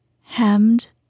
hemmed